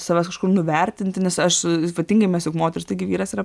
savęs kažkur nuvertinti nes aš ypatingai mes juk moterys taigi vyras yra